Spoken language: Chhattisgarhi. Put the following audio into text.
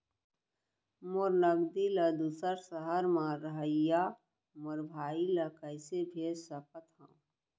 मोर नगदी ला दूसर सहर म रहइया मोर भाई ला कइसे भेज सकत हव?